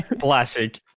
classic